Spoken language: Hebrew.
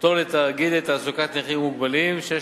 פטור לתאגיד לתעסוקת נכים ומוגבלים שיש